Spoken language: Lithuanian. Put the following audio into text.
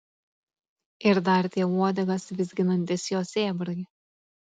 ir dar tie uodegas vizginantys jo sėbrai